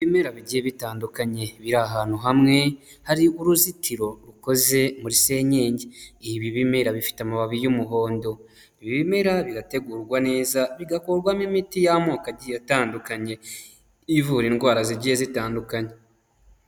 Ibimera bigiye bitandukanye biri ahantu hamwe hari uruzitiro rukoze muri senyenge, ibi bimera bifite amababi y'umuhondo, ibimera birategurwa neza bigakorwamo imiti y'amoko atandukanye, ivura indwara zigiye zitandukanye.